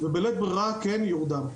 ובלית ברירה, יורדם.